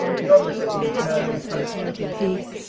beyond the sea, a curving coastline was visible.